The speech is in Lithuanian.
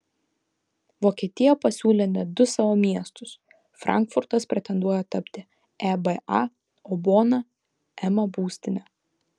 vokietija pasiūlė net du savo miestus frankfurtas pretenduoja tapti eba o bona ema būstine